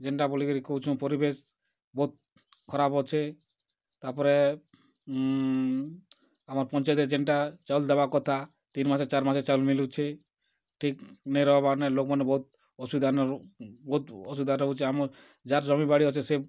ଯେନ୍ଟା ବୋଲିକରି କହୁଛୁଁ ପରିବେଶ୍ ବହୁତ୍ ଖରାପ୍ ଅଛେ ତା'ର୍ପରେ ଆମର୍ ପଞ୍ଚାୟତ୍ରେ ଯେନ୍ଟା ଚାଉଲ୍ ଦେବାର୍ କଥା ତିନ୍ ମାସେ ଚାଏର୍ ମାସେ ଚାଉଲ୍ ମିଲୁଛେ ଠିକ୍ ନାଇ ରହେବାର୍ ନେ ଲୋକ୍ମାନେ ବହୁତ୍ ଅସୁବିଧାନେ ବହୁତ୍ ଅସୁବିଧାନେ ରହୁଛେ ଆମର୍ ଯାହାର୍ ଜମିବାଡ଼ି ଅଛେ ସେ